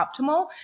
optimal